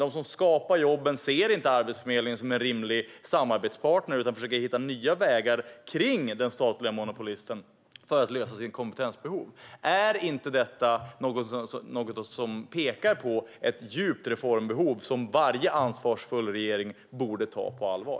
De som skapar jobben ser inte Arbetsförmedlingen som en rimlig samarbetspartner utan försöker hitta nya vägar kring den statliga monopolisten för att tillgodose sina kompetensbehov. Är inte detta något som pekar på ett djupt reformbehov som varje ansvarsfull regering borde ta på allvar?